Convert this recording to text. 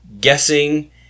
guessing